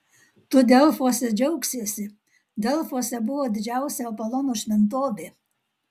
tu delfuose džiaugsiesi delfuose buvo didžiausia apolono šventovė